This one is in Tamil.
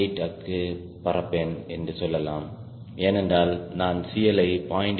8 க்கு பறப்பேன் என்று சொல்லலாம் ஏனென்றால் நான் CL ஐ 0